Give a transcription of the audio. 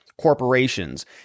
corporations